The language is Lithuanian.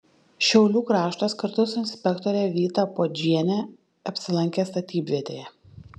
šiaulių kraštas kartu su inspektore vyta puodžiene apsilankė statybvietėje